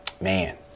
man